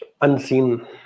unseen